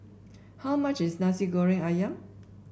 how much is Nasi Goreng ayam